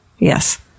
Yes